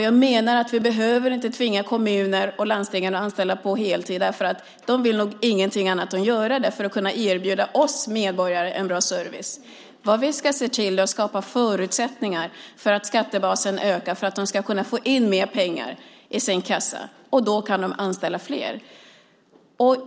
Jag menar att vi inte behöver tvinga kommuner och landsting att anställa på heltid, för de vill nog inget annat än göra det för att kunna erbjuda oss medborgare en bra service. Vi ska se till att skapa förutsättningar så att skattebasen ökar så att de ska kunna få in mer pengar i sin kassa. Då kan de anställa fler.